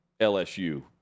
LSU